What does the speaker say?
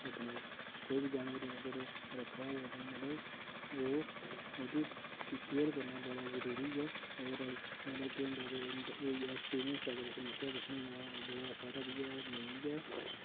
अपने कोई बी जानबर अगर रक्खा दा होवे तां मतलब ओह् ओह्दी केयर करना बड़ा जरूरी ऐ होर मतलब केह् होंदा कि इं'दा इ'यै ऐक्सपीरियंस अगर अस सनाचै तुसेंगी तां ओह् बड़ा सारा बी ऐ होर नेईं बी ऐ